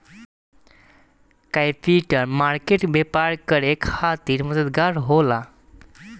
capital market व्यापार करे खातिर मददगार होला